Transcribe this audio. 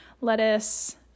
lettuce